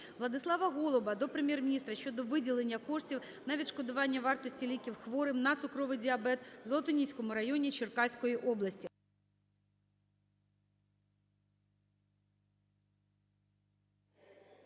Владислава Голуба до Прем'єр-міністра щодо виділення коштів на відшкодування вартості ліків хворим на цукровий діабет в Золотоніському районі Черкаської області.